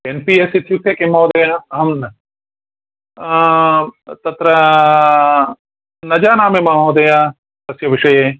N P S इत्युक्ते किं महोदय अहं न तत्र न जानामि महोदय तस्य विषये